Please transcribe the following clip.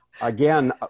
Again